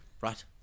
Right